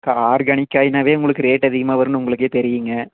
organic காய்ன்னாவே உங்களுக்கு rate அதிகமாக வருன்னு உங்களுக்கே தெரியுங்க